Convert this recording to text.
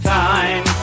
time